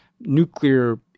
nuclear